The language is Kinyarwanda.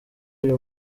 uyu